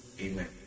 Amen